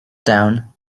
down